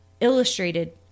illustrated